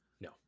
No